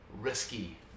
risky